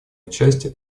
участия